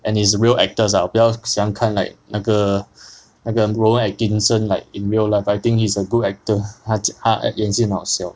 and it's real actors ah 我比较喜欢看 like 那个那个 rowan atkinson like in real life I think he's a good actor 他演戏很好笑